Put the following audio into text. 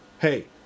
hey